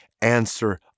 answer